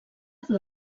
del